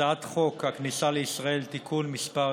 הצעת חוק הכניסה לישראל (תיקון מס'